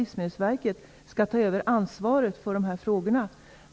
Livsmedelsverket, skall ta över ansvaret för dessa frågor.